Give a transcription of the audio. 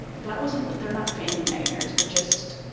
that wasn't they're not family nightmares, but just,